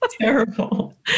terrible